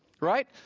right